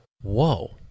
Whoa